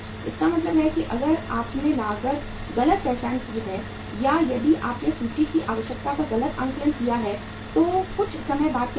इसका मतलब है कि अगर आपने गलत पहचान की है या यदि आपने सूची की आवश्यकता का गलत आकलन किया है तो कुछ समय बाद क्या होगा